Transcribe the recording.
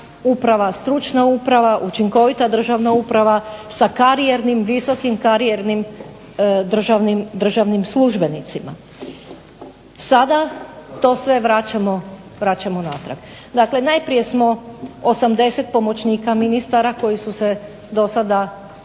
stručna uprava, učinkovita državna uprava sa karijernim, visokim karijernim državnim službenicima. Sada to sve vraćamo natrag. Dakle, najprije smo osamdeset pomoćnika ministara koji su se do sada kao